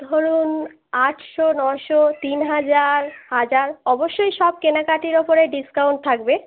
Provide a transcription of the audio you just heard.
ধরুন আটশো নশো তিন হাজার হাজার অবশ্যই সব কেনাকাটির ওপরে ডিসকাউন্ট থাকবে